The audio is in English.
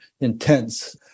intense